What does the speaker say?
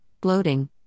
bloating